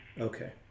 Okay